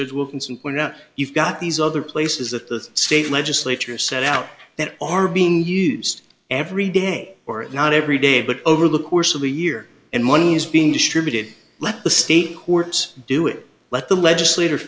consume or not you've got these other places that the state legislature set out that are being used every day or not every day but over the course of the year and money's being distributed let the state courts do it let the legislat